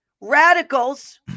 Radicals